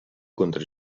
contra